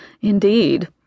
Indeed